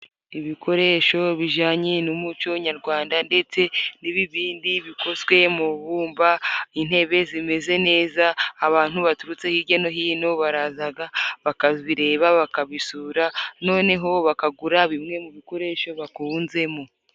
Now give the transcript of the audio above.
Ibikoresho bijanye n'umuco nyarwanda ndetse n'ibibindi bikozwe mu ibumba, intebe zimeze neza, abantu baturutse hirya no hino barazaga bakabireba, bakabisura, noneho bakagura bimwe mu bikoresho bakunzenzemo.